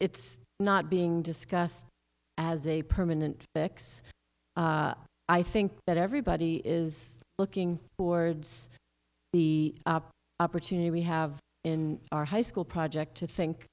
it's not being discussed as a permanent fix i think that everybody is looking board's the opportunity we have in our high school project to think